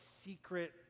secret